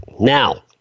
Now